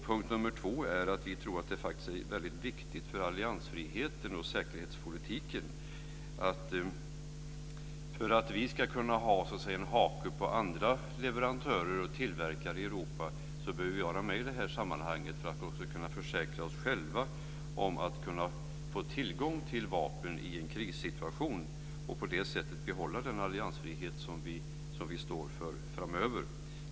Punkt två är att vi tror att det faktiskt är väldigt viktigt för alliansfriheten och säkerhetspolitiken. För att vi ska kunna ha en hake på andra leverantörer och tillverkare i Europa behöver vi vara med i det här sammanhanget för att försäkra oss själva om att få tillgång till vapen i en krissituation och på det sättet behålla den alliansfrihet som vi står för framöver.